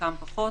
חלקם פחות,